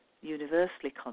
Universally